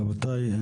רבותיי,